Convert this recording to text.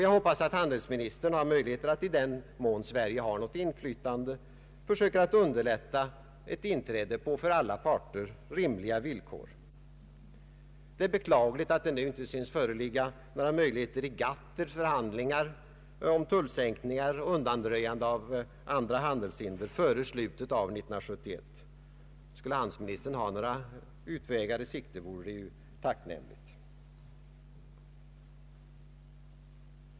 Jag hoppas att handelsministern har möjlighet att i den mån Sverige har något inflytande underlätta ett inträde på för alla parter rimliga villkor. Det är beklagligt att det nu inte synes föreligga några möjligheter i GATT till förhandlingar om tullsänkningar och undanröjande av andra handelshinder före slutet av 1971. Skulle handelsministern ha några andra utvägar i sikte vore det ju tacknämligt.